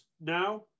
now